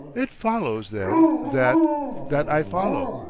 it follows, then, that that i follow.